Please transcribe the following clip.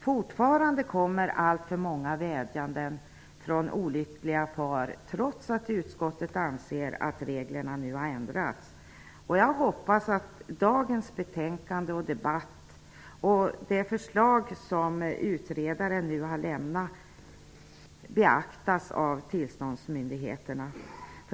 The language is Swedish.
Fortfarande kommer allför många vädjanden från olyckliga par, trots att utskottet anser att reglerna nu har ändrats. Jag hoppas att det betänkande vi i dag behandlar, debatten och det förslag som utredaren nu har lämnat beaktas av tillståndsmyndigheterna.